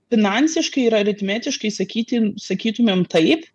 finansiškai ir aritmetiškai sakyti sakytumėm taip